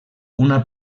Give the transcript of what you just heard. una